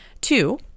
two